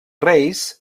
reis